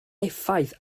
effaith